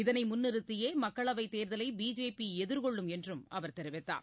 இதனை முன்நிறுத்தியே மக்களவைத் தேர்தலை பிஜேபி எதிர்கொள்ளும் என்றும் அவர் தெரிவித்தார்